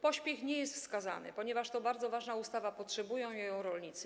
Pośpiech tu nie jest wskazany, ponieważ to bardzo ważna ustawa, potrzebują jej rolnicy.